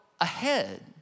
ahead